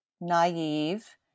naive